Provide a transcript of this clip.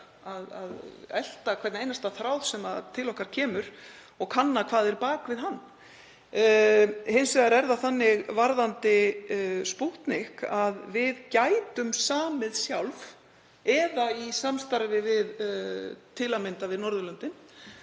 að elta hvern einasta þráð sem til okkar kemur og kanna hvað er á bak við hann. Hins vegar er það þannig varðandi Spútnik að við gætum samið sjálf eða í samstarfi við til að mynda Norðurlöndin